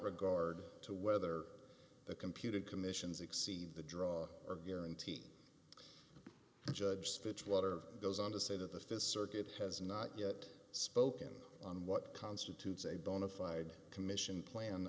regard to whether the computed commissions exceed the draw or guarantee and judge fitzwater goes on to say that the th circuit has not yet spoken on what constitutes a bona fide commission plan